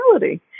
reality